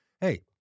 hey